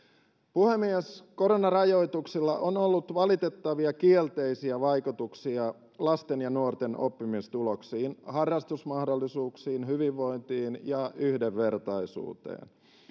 puhemies koronarajoituksilla on ollut valitettavia kielteisiä vaikutuksia lasten ja nuorten oppimistuloksiin harrastusmahdollisuuksiin hyvinvointiin ja yhdenvertaisuuteen